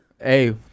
Hey